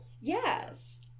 yes